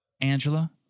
Angela